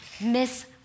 miss